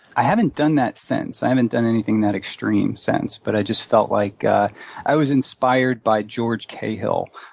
i haven't done that since. i haven't done anything that extreme since. but i just felt like ah i was inspired by george cahill.